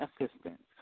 assistance